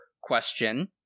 question